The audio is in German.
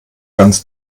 ganz